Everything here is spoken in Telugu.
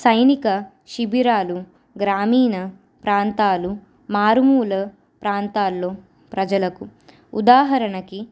సైనిక శిబిరాలు గ్రామీణ ప్రాంతాలు మారుమూల ప్రాంతాల్లో ప్రజలకు ఉదాహరణకి